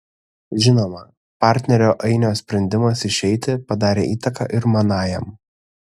žinoma partnerio ainio sprendimas išeiti padarė įtaką ir manajam